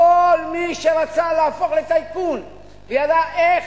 כל מי שרצה להפוך לטייקון, וידע איך,